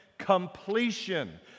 completion